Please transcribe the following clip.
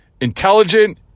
intelligent